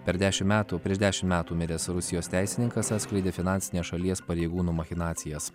per dešimt metų prieš dešimt metų miręs rusijos teisininkas atskleidė finansines šalies pareigūnų machinacijas